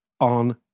on